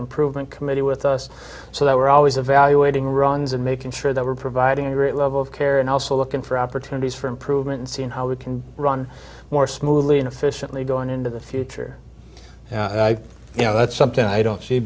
improvement committee with us so that we're always evaluating runs and making sure that we're providing a great level of care and also looking for opportunities for improvement and seeing how we can run more smoothly and efficiently going into the future you know that's something i don't see